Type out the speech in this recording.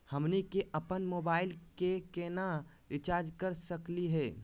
हमनी के अपन मोबाइल के केना रिचार्ज कर सकली हे?